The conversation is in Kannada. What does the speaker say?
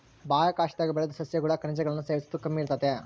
ಬಾಹ್ಯಾಕಾಶದಾಗ ಬೆಳುದ್ ಸಸ್ಯಗುಳಾಗ ಖನಿಜಗುಳ್ನ ಸೇವಿಸೋದು ಕಮ್ಮಿ ಇರ್ತತೆ